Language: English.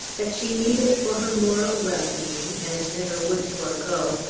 that she needed for her moral well-being, and never would forego,